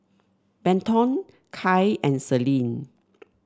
Benton Kai and Selene